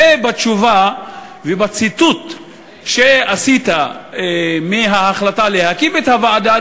ובתשובה ובציטוט שעשית מההחלטה להקים את הוועדה,